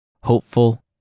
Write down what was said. hopeful